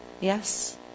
Yes